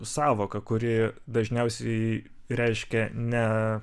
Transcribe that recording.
sąvoka kuri dažniausiai reiškia ne